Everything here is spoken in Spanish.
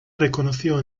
reconoció